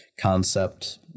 concept